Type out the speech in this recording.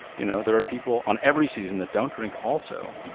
you know, there are people on every season that don't drink also.